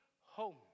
home